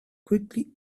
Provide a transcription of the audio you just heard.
quickly